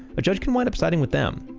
a judge can wind up siding with them.